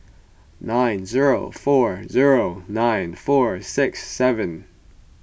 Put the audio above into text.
nine zero four zero nine four six seven